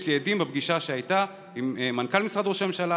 יש לי עדים לפגישה שהייתה עם מנכ"ל משרד ראש הממשלה,